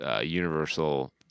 Universal